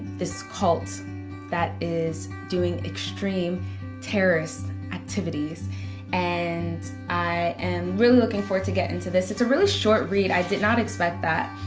this cult that is doing extreme terrorist activities and i am really looking forward to get into this. it's a really short read. i did not expect that